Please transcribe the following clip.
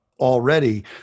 already